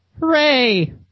Hooray